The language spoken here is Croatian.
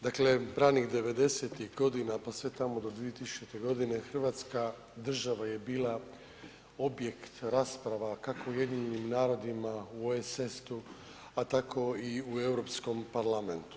Dakle, branih devedesetih godina pa sve tamo do 2000. godine Hrvatska država je bila objekt rasprava kako u UN, u OESS-u, a tako i u Europskom parlamentu.